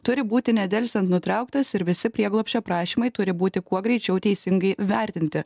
turi būti nedelsiant nutrauktas ir visi prieglobsčio prašymai turi būti kuo greičiau teisingai vertinti